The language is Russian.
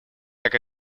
так